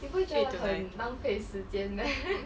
eight to nine